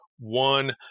One